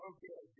Okay